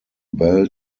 bell